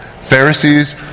Pharisees